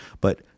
But-